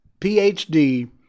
PhD